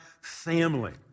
family